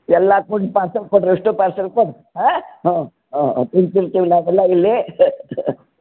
ಎಲ್ಲ ಕೊಡಿ ಪಾರ್ಸಲ್ ಕೊಡಿರಿ ಅಷ್ಟು ಪಾರ್ಸೆಲ್ ಕೊಡ್ರಿ ಹಾಂ ಹಾಂ ಹಾಂ ಇಲ್ಲಿ